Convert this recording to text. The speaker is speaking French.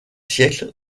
siècle